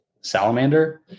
salamander